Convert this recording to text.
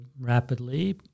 rapidly